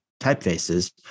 typefaces